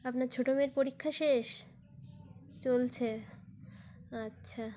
আপনার ছোট মেয়ের পরীক্ষা শেষ চলছে আচ্ছা